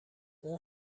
اون